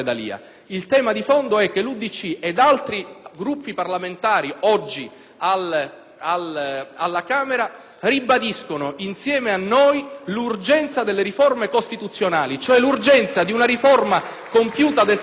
alla Camera ribadiscono insieme a noi l'urgenza delle riforme costituzionali *(Applausi dal Gruppo PdL)*, cioè l'urgenza di una riforma compiuta del sistema giustizia che tale non è se non pone mano alla Costituzione repubblicana,